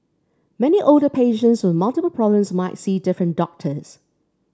many older patients with multiple problems might see different doctors